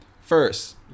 First